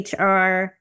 HR